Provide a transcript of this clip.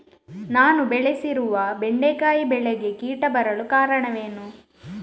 ನಾನು ಬೆಳೆಸಿರುವ ಬೆಂಡೆಕಾಯಿ ಬೆಳೆಗೆ ಕೀಟ ಬರಲು ಕಾರಣವೇನು?